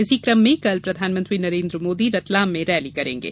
इसी कम में कल प्रधानमंत्री नरेन्द्र मोदी रतलाम में रैली करेंगे